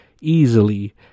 easily